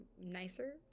nicer